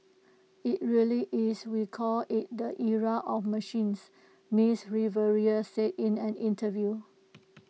IT really is we call IT the era of machines miss Rivera said in an interview